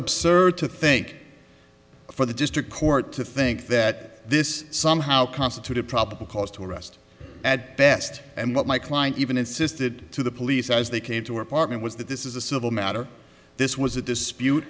absurd to think for the district court to think that this somehow constituted probable cause to arrest at best and what my client even insisted to the police as they came to apartment was that this is a civil matter this was a dispute